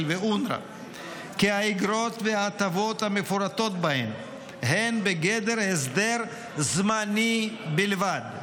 ואונר"א כי האיגרות וההטבות המפורטות בהן הן בגדר הסדר זמני בלבד.